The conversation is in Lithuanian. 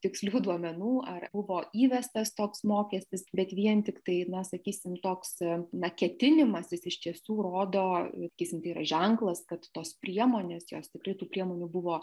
tikslių duomenų ar buvo įvestas toks mokestis bet vien tiktai na sakysim toks na ketinimas jis iš tiesų rodo sakysim tai yra ženklas kad tos priemonės jos tikrai tų priemonių buvo